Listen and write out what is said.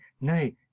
nay